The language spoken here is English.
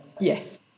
Yes